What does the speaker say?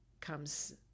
comes